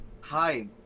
hi